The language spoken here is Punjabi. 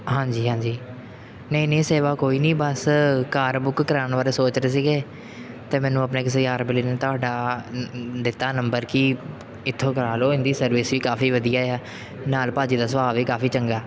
ਹਾਂਜੀ ਹਾਂਜੀ ਨਹੀਂ ਨਹੀਂ ਸੇਵਾ ਕੋਈ ਨਹੀਂ ਬਸ ਕਾਰ ਬੁੱਕ ਕਰਵਾਉਣ ਬਾਰੇ ਸੋਚ ਰਹੇ ਸੀਗੇ ਅਤੇ ਮੈਨੂੰ ਆਪਣੇ ਕਿਸੇ ਯਾਰ ਬੇਲੀ ਨੇ ਤੁਹਾਡਾ ਦਿੱਤਾ ਨੰਬਰ ਕਿ ਇੱਥੋਂ ਕਰਵਾ ਲਓ ਇਹਨਾਂ ਦੀ ਸਰਵਿਸ ਵੀ ਕਾਫ਼ੀ ਵਧੀਆ ਆ ਨਾਲ ਭਾਅ ਜੀ ਦਾ ਸੁਭਾਅ ਵੀ ਕਾਫ਼ੀ ਚੰਗਾ